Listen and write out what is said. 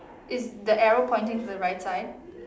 is the arrow pointing to the right side